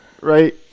right